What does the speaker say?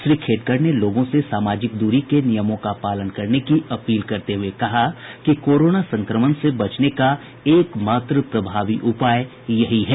श्री खेडकर ने लोगों से सामाजिक दूरी के नियमों का पालन करने की अपील करते हुये कहा कि कोरोना संक्रमण से बचने का एक मात्र प्रभावी उपाय यही है